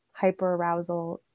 hyperarousal